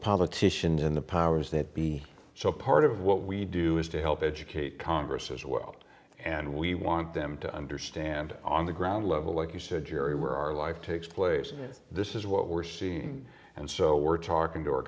politicians in the powers that be so part of what we do is to help educate congress as well and we want them to understand on the ground level like you said gerri where our life takes place and this is what we're seeing and so we're talking